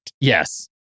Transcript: Yes